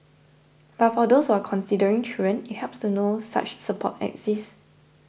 but for those who are considering children it helps to know such support exists